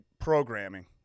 programming